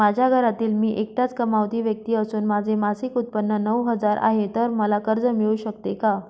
माझ्या घरातील मी एकटाच कमावती व्यक्ती असून माझे मासिक उत्त्पन्न नऊ हजार आहे, तर मला कर्ज मिळू शकते का?